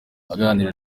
aganira